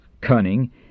cunning